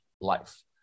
life